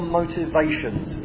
motivations